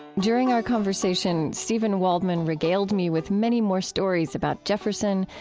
during our conversation, steven waldman regaled me with many more stories about jefferson,